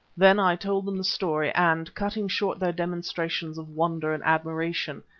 then i told them the story, and cutting short their demonstrations of wonder and admiration,